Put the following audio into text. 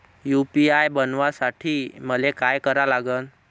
UPI बनवासाठी मले काय करा लागन?